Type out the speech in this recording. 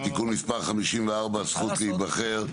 (תיקון מספר 54) (הזכות להיבחר),